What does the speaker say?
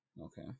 Okay